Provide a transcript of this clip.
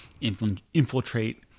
infiltrate